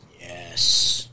Yes